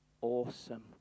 awesome